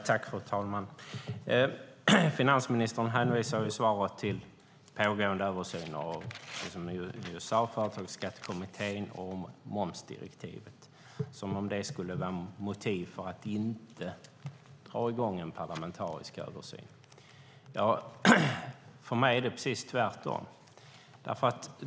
Fru talman! Finansministern hänvisar i svaret till pågående översyner - det gäller företagsskattekommittén och momsdirektivet - som om det skulle vara motiv för att inte dra i gång en parlamentarisk översyn. För mig är det precis tvärtom.